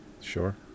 Sure